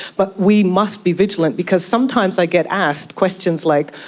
but we must be vigilant, because sometimes i get asked questions like,